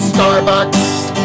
Starbucks